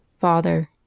Father